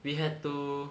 we had to